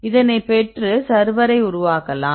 இதனைப் பெற்று சர்வரை உருவாக்கலாம்